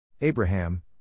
Abraham